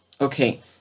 Okay